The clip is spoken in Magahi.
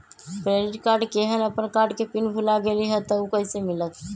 क्रेडिट कार्ड केहन अपन कार्ड के पिन भुला गेलि ह त उ कईसे मिलत?